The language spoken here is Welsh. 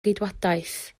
geidwadaeth